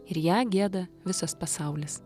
ir ją gieda visas pasaulis